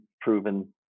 proven